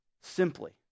Simply